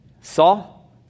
Saul